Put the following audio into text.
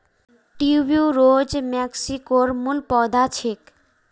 tuberose मेक्सिकोर मूल पौधा छेक